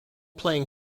playing